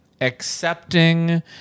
accepting